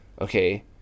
okay